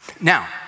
Now